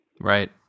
right